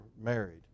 married